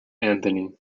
anthony